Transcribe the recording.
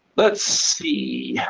let's see,